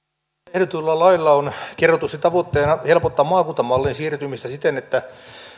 ehdotetulla lailla on kerrotusti tavoitteena helpottaa maakuntamalliin siirtymistä siten että